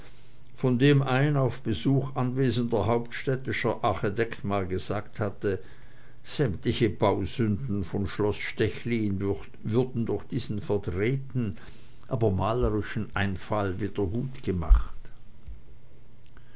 von dem ein auf besuch anwesender hauptstädtischer architekt mal gesagt hatte sämtliche bausünden von schloß stechlin würden durch diesen verdrehten aber malerischen einfall wiedergutgemacht